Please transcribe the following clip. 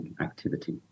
activity